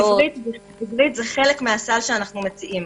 עברית זה חלק מהסל שאנחנו מציעים.